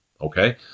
Okay